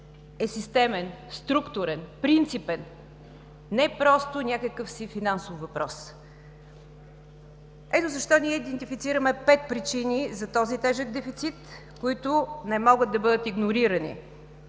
е системен, структурен, принципен, не просто някакъв си финансов въпрос. Ето защо ние идентифицираме пет причини за този тежък дефицит, които не могат да бъдат игнорирани.